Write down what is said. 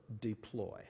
deploy